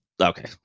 Okay